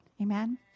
Amen